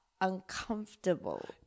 uncomfortable